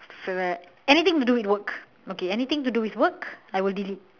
anything to do with work okay anything to do with work I will delete